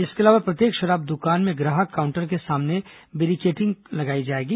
इसके अलावा प्रत्येक शराब दुकानों में ग्राहक काउन्टर के सामने बेरिकेटिंग लगाई जाएगी